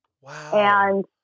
Wow